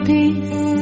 Peace